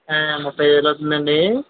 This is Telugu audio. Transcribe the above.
ముప్పై వేలు అవుతుందా అండి